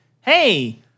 hey